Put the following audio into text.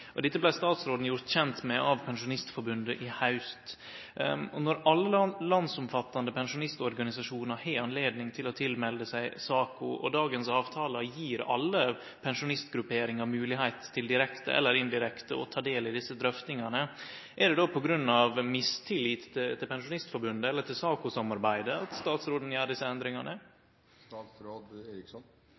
Dette vart statsråden gjort kjent med av Pensjonistforbundet i haust. Når alle landsomfattande pensjonistorganisasjonar har anledning til å melde seg inn i SAKO, og dagens avtalar gjev alle pensjonistgrupperingar moglegheit til direkte eller indirekte å ta del i desse drøftingane, er det då på grunn av mistillit til Pensjonistforbundet eller til SAKO-samarbeidet at statsråden gjer desse endringane?